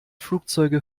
flugzeuge